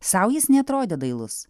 sau jis neatrodė dailus